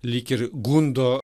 lyg ir gundo